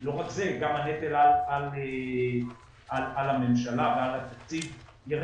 לא רק זה אלא גם הנטל על הממשלה ועל התקציב ירד.